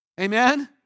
Amen